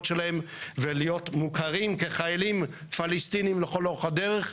שלהם ולהיות מוכרים כחיילים פלסטינים לכל אורך הדרך,